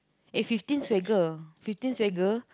eh fifteen swagger fifteen swagger